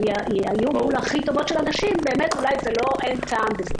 יהיו מול הכי טובות של הנשים באמת אולי אין בזה טעם.